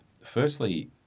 firstly